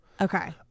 Okay